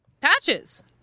Patches